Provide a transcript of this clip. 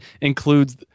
includes